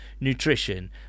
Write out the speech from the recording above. nutrition